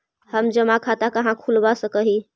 हम जमा खाता कहाँ खुलवा सक ही?